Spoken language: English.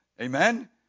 Amen